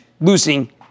losing